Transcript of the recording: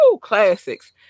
classics